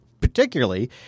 particularly